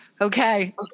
Okay